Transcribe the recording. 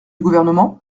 gouvernement